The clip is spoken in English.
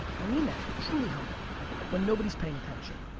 i mean that, truly humble when nobody's paying attention,